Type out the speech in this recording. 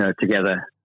Together